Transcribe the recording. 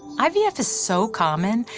ivf is so common,